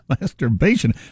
masturbation